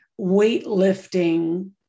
weightlifting